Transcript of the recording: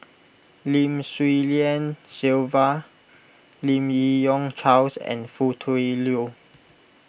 Lim Swee Lian Sylvia Lim Yi Yong Charles and Foo Tui Liew